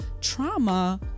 trauma